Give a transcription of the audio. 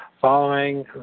following